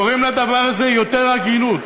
קוראים לדבר הזה יותר הגינות,